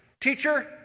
Teacher